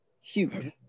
huge